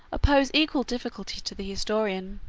oppose equal difficulties to the historian,